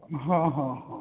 हँ हँ हँ